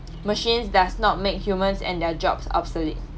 machines does not make humans and their jobs obsolete